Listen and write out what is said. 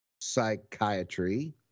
psychiatry